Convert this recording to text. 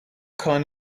kind